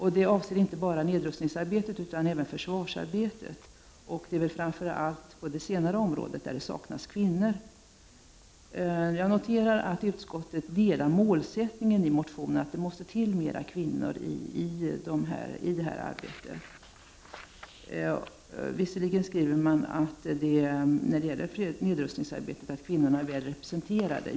Här avses inte bara nedrustningsarbetet utan även försvarsarbetet, och det är framför allt på det senare området som det saknas kvinnor. Jag noterar att utskottet står bakom målsättningen i motionen, dvs. att det måste finnas fler kvinnor i detta arbete, men att man skriver att kvinnorna är väl representerade i nedrustningsarbetet.